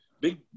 Big